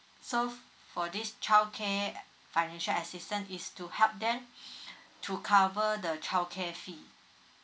so for this childcare financial assistance is to help them to cover the childcare fee